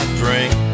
drink